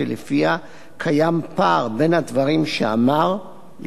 פער בין הדברים שאמר לבין מה שפורסם.